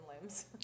limbs